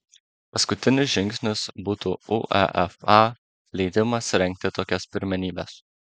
paskutinis žingsnis būtų uefa leidimas rengti tokias pirmenybes